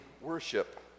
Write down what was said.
worship